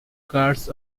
guards